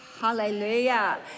Hallelujah